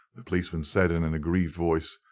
the policeman said, in an aggrieved voice.